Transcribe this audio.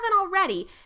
already